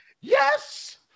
yes